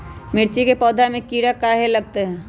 मिर्च के पौधा में किरा कहे लगतहै?